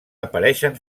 apareixen